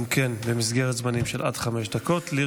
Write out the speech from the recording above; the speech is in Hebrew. בבקשה, גם כן במסגרת זמנים של עד חמש דקות לרשותך.